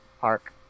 Park